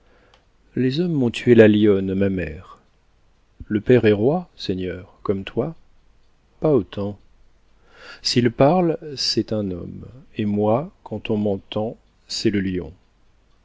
les hommes m'ont tué la lionne ma mère le père est roi seigneur comme toi pas autant s'il parle c'est un homme et moi quand on m'entend c'est le lion